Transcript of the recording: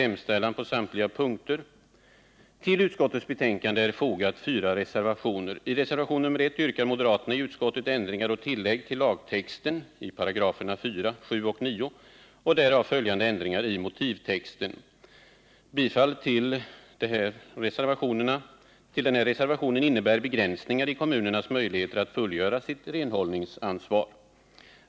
Vid utskottets betänkande är fogade fyra reservationer. I reservation nr I yrkar moderaterna i utskottet på ändringar och tillägg till 4, 7 och 9 §§ och därav följande ändringar i motivtexten. Ett bifall till denna reservation innebär begränsningar i kommunernas möjligheter att fullgöra sitt renhållningsansvar.